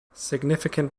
significant